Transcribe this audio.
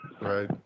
Right